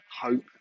hope